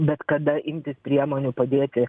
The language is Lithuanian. bet kada imtis priemonių padėti